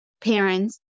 parents